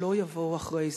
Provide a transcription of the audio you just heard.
שלא יבואו אחרי זה?